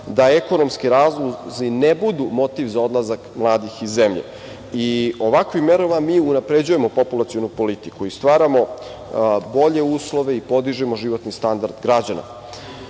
da ekonomski razlozi ne budu motiv za odlazak mladih iz zemlje. Ovakvim merama mi unapređujemo populacionu politiku i stvaramo bolje uslove i podižemo životni standard građana. Pitanje